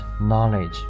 knowledge